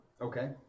Okay